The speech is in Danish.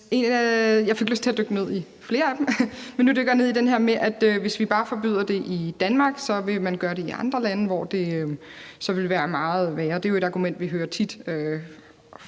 jeg fik lyst til at dykke ned i flere af dem, men nu dykker jeg ned i det her med, at hvis vi bare forbyder det i Danmark, vil man gøre det i andre lande, hvor det så vil være meget værre. Det er jo et argument, vi hører tit